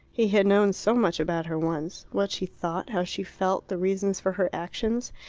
he had known so much about her once what she thought, how she felt, the reasons for her actions.